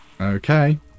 Okay